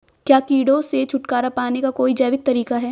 क्या कीटों से छुटकारा पाने का कोई जैविक तरीका है?